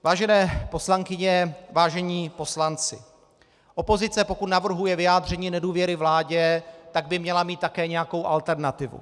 Vážené poslankyně, vážení poslanci, opozice, pokud navrhuje vyjádření nedůvěry vládě, měla by mít také nějakou alternativu.